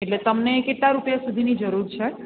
એટલે તમને કેટલા રૂપિયા સુધીની જરૂર છે